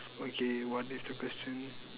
okay what is the question